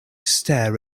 stare